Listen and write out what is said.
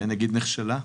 אולי נגיד נכשלה?